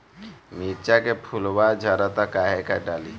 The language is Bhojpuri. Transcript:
मिरचा के फुलवा झड़ता काहे का डाली?